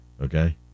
Okay